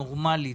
נורמלית,